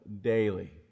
daily